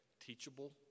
Teachable